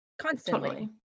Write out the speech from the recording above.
Constantly